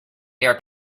their